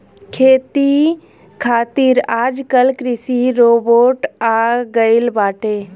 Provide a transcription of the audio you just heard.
खेती खातिर आजकल कृषि रोबोट आ गइल बाटे